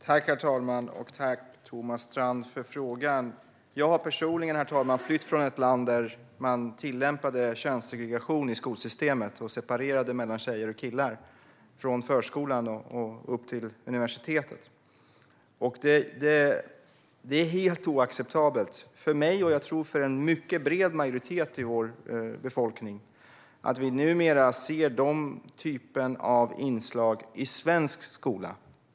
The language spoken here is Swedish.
Herr talman! Tack, Thomas Strand, för frågan! Jag har personligen flytt från ett land där man tillämpade könssegregation i skolsystemet och separerade tjejer och killar från förskolan och upp till universitetet. Det är helt oacceptabelt för mig och, tror jag, för en mycket bred majoritet i vår befolkning att vi numera ser den typen av inslag i svensk skola.